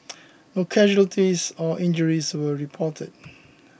no casualties or injuries were reported